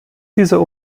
dieser